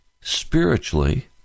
spiritually